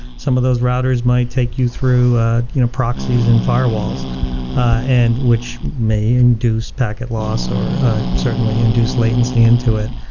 some of those routers might take you through you know proxies and firewalls and firewalls which may induce packet loss or certainly induce latency into it.